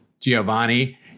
Giovanni